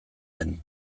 den